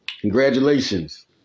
congratulations